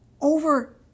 over